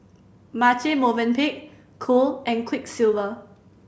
Marche Movenpick Cool and Quiksilver